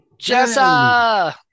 Jessa